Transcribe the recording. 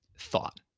thought